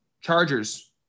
Chargers